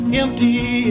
empty